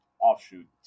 offshoot